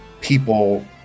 people